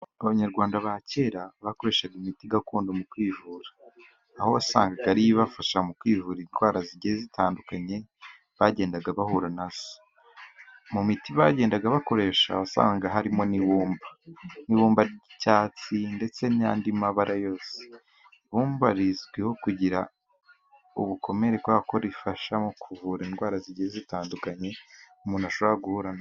Abanyarwanda ba kera bakoreshaga imiti gakondo mu kwivura, aho wasanga ariyo ibafasha mu kwivura indwara zigiye zitandukanye bagendaga bahura nazo, mu miti bagendaga bakoresha wasanga harimo ibumba n'ibumbacyatsi ndetse nandi mabara yose, ibumba rizwiho kugira ubukomere kubera ko rifasha mu kuvura indwara zigiye zitandukanye umuntu ashobora guhurana nazo.